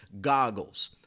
goggles